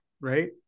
Right